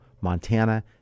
Montana